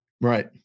Right